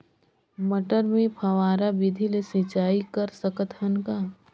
मटर मे फव्वारा विधि ले सिंचाई कर सकत हन का?